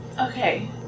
Okay